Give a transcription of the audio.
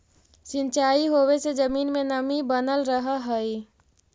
सिंचाई होवे से जमीन में नमी बनल रहऽ हइ